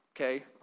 okay